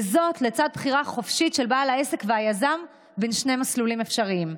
וזאת לצד בחירה חופשית של בעל העסק והיזם בין שני מסלולים אפשריים.